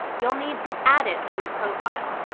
you'll need to add it to your profile.